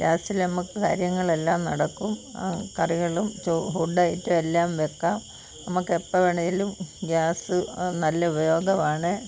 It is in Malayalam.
ഗ്യാസിൽ നമുക്ക് കാര്യങ്ങളെല്ലാം നടക്കും കറികളും ഫുഡ് ഐറ്റം എല്ലാം വെക്കാം നമുക്ക് എപ്പോൾ വേണമെങ്കിലും ഗ്യാസ് നല്ല ഉപയോഗമാണ്